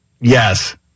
Yes